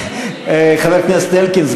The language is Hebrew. חבר הכנסת אלקין,